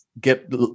Get